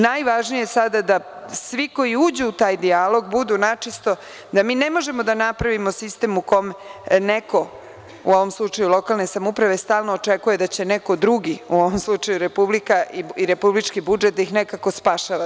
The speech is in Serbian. Najvažnije je sada da svi koji uđu u taj dijalog budu načisto, da mi ne možemo da napravimo sistem u kome neko, u ovom slučaju, lokalne samouprave stalno očekuju da će neko drugi, u ovom slučaju Republika i republički budžet da ih nekako spašava.